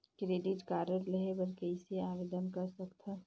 Credit card लेहे बर कइसे आवेदन कर सकथव?